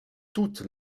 toutes